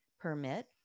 permit